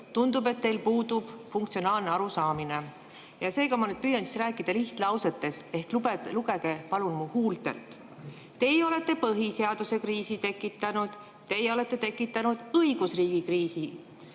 tundub, et teil puudub funktsionaalne arusaamine. Seega ma püüan rääkida lihtlausetega ehk lugege palun mu huultelt. Teie olete põhiseaduskriisi tekitanud. Teie olete tekitanud õigusriigikriisi.